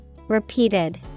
Repeated